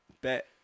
bet